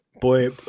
Boy